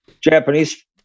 Japanese